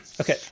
Okay